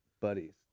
buddies